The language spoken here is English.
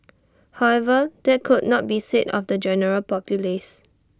however that could not be said of the general populace